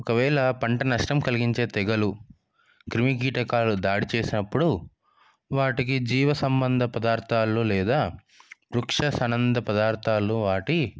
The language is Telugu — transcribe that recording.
ఒకవేళ పంట నష్టం కలిగించే తెగలు క్రిమికీటకాలు దాడి చేసినప్పుడు వాటికి జీవ సంబంధ పదార్థాలు లేదా క్లుక్ష సనంద పదార్ధాలు వాటిని